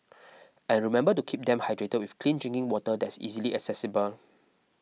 and remember to keep them hydrated with clean drinking water that's easily accessible